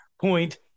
point